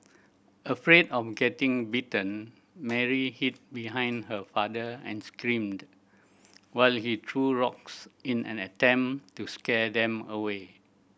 afraid of getting bitten Mary hid behind her father and screamed while he threw rocks in an attempt to scare them away